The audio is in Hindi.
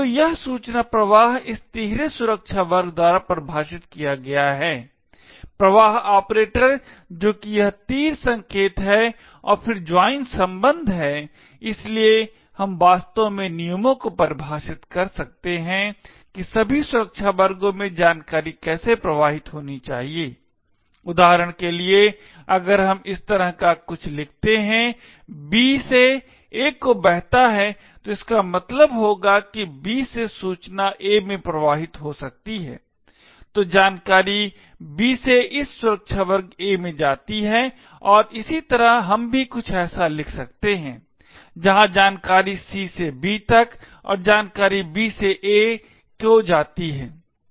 तो यह सूचना प्रवाह इस तिहरे सुरक्षा वर्ग द्वारा परिभाषित किया गया है प्रवाह ऑपरेटर जो कि यह तीर संकेत है और फिर ज्वाइन संबंध है इसलिए हम वास्तव में नियमों को परिभाषित कर सकते हैं कि सभी सुरक्षा वर्गों में जानकारी कैसे प्रवाहित होनी चाहिए उदाहरण के लिए अगर हम इस तरह का कुछ लिखते हैं B से A को बहता है तो इसका मतलब होगा कि B से सूचना A में प्रवाहित हो सकती है तो जानकारी B से इस सुरक्षा वर्ग A में जाती है इसी तरह हम भी कुछ ऐसा लिख सकते हैं जहाँ जानकारी C से B तक और जानकारी B से A को जाती है